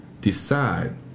decide